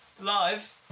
live